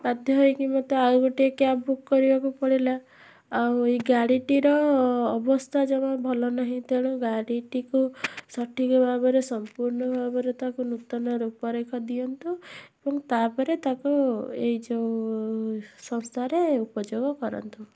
ବାଧ୍ୟ ହେଇକି ମୋତେ ଆଉ ଗୋଟେ କ୍ୟାବ୍ ବୁକ୍ କରିବାକୁ ପଡ଼ିଲା ଆଉ ଏହି ଗାଡ଼ିଟିର ଅବସ୍ଥା ଜମା ଭଲ ନାହିଁ ତେଣୁ ଗାଡ଼ିଟିକୁ ସଠିକ୍ ଭାବରେ ସମ୍ପୂର୍ଣ୍ଣ ଭାବରେ ତାକୁ ନୂତନ ରୂପରେଖ ଦିଅନ୍ତୁ ଏବଂ ତା'ପରେ ତାକୁ ଏହି ଯେଉଁ ସଂସ୍ଥାରେ ଉପଯୋଗ କରନ୍ତୁ